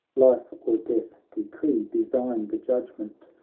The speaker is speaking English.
life or death de cree be thine the judgement,